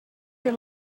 your